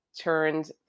turned